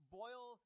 boil